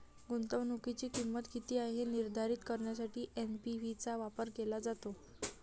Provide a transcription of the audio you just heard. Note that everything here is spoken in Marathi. गुंतवणुकीची किंमत किती आहे हे निर्धारित करण्यासाठी एन.पी.वी चा वापर केला जातो